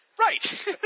right